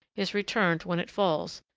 is returned when it falls,